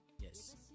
Yes